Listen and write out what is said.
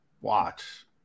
Watch